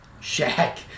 Shaq